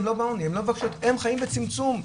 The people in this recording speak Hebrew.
הן חיות בצמצום,